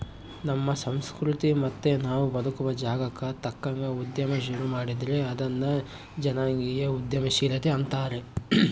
ನಮ್ಮ ಸಂಸ್ಕೃತಿ ಮತ್ತೆ ನಾವು ಬದುಕುವ ಜಾಗಕ್ಕ ತಕ್ಕಂಗ ಉದ್ಯಮ ಶುರು ಮಾಡಿದ್ರೆ ಅದನ್ನ ಜನಾಂಗೀಯ ಉದ್ಯಮಶೀಲತೆ ಅಂತಾರೆ